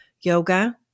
Yoga